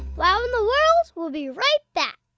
wow in the world will be right back.